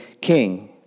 king